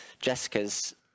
Jessica's